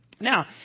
Now